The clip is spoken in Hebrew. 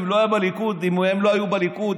אם הם לא היו בליכוד,